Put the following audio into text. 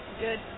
Good